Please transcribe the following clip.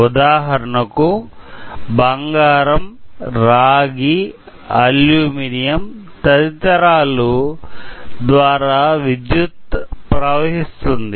ఉదాహరణకు బంగారం రాగి అల్యూమినియం తదితరాల ద్వారా విద్యుత్ ప్రవహిస్తుంది